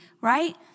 right